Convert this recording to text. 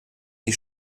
die